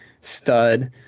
stud